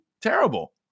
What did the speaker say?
terrible